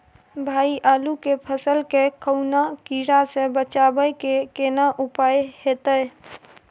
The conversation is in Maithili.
भाई आलू के फसल के कौनुआ कीरा से बचाबै के केना उपाय हैयत?